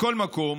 מכל מקום,